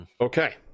Okay